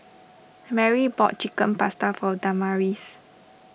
Merrie bought Chicken Pasta for Damaris